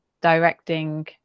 directing